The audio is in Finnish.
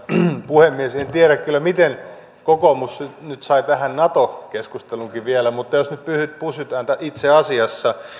puhemies en tiedä kyllä miten kokoomus nyt sai tähän nato keskustelunkin vielä mutta jos nyt pysytään itse asiassa